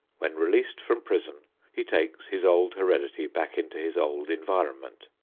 when released from prison, he takes his old heredity back into his old environment.